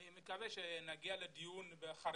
אני מקווה שנגיע לדיון בחריגים,